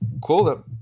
cool